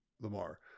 Lamar